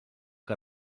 que